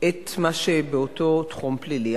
את מה שבאותו תחום פלילי.